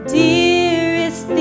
dearest